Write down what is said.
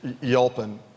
yelping